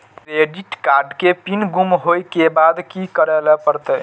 Credit card के pin गुम होय के बाद की करै ल परतै?